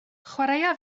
chwaraea